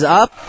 up